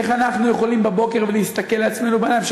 איך אנחנו יכולים בבוקר להסתכל לעצמנו בעיניים,